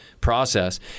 process